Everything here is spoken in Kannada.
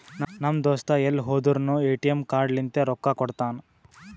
ನಮ್ ದೋಸ್ತ ಎಲ್ ಹೋದುರ್ನು ಎ.ಟಿ.ಎಮ್ ಕಾರ್ಡ್ ಲಿಂತೆ ರೊಕ್ಕಾ ಕೊಡ್ತಾನ್